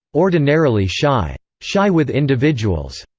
ordinarily shy. shy with individuals.